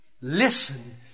Listen